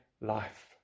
life